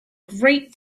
great